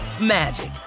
magic